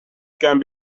can